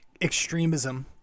extremism